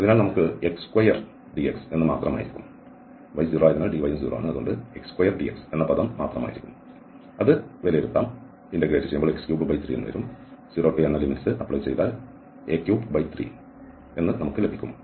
അതിനാൽ നമുക്ക് x2dx മാത്രമായിരിക്കും ടേം അത് വിലയിരുത്താൻ കഴിയും തുടർന്ന് നമുക്ക് ഈ a33 ലഭിക്കും